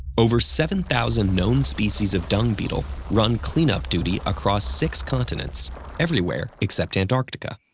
over seven thousand known species of dung beetle run clean-up duty across six continents everywhere except antarctica.